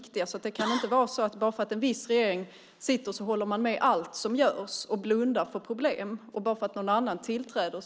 Man kan inte hålla med om allt som görs och blunda för problem bara för att en viss regering sitter vid makten och inte heller hitta på problem bara för att en annan regering tillträder.